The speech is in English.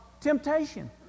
temptation